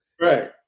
right